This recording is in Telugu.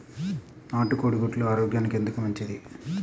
నాటు కోడి గుడ్లు ఆరోగ్యానికి ఎందుకు మంచిది?